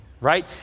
right